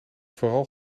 vooral